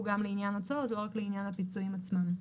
גם לעניין ההוצאות ולא רק לעניין הפיצויים עצמם.